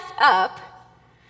up